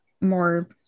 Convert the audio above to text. more